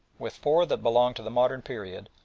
with four that belong to the modern period,